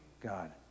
God